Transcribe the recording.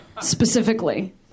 specifically